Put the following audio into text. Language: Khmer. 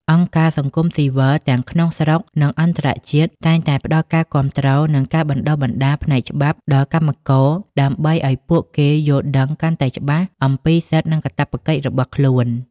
អង្គការសង្គមស៊ីវិលទាំងក្នុងស្រុក និងអន្តរជាតិ តែងតែផ្តល់ការគាំទ្រ និងការបណ្តុះបណ្តាលផ្នែកច្បាប់ដល់កម្មករ ដើម្បីឱ្យពួកគេយល់ដឹងកាន់តែច្បាស់អំពីសិទ្ធិ និងកាតព្វកិច្ចរបស់ខ្លួន។